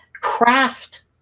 craft